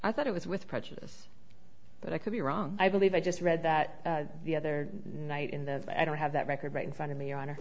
i thought it was with prejudice but i could be wrong i believe i just read that the other night in the i don't have that record right in front of me